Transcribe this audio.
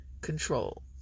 control